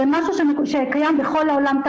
זה משהו שקיים בכל העולם,